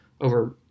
over